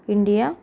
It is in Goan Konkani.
इंडिया